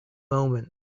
moment